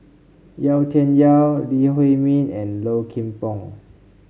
Yau Tian Yau Lee Huei Min and Low Kim Pong